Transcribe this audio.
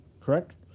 correct